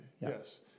yes